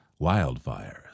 Wildfires